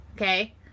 okay